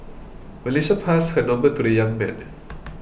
Melissa passed her number to the young man